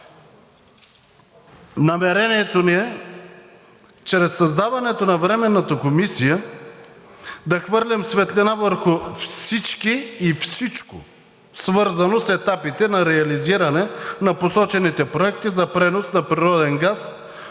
Намерението ни е чрез създаването на Временната комисия да хвърлим светлина върху всички и всичко, свързано с етапите на реализиране на посочените проекти за пренос на природен газ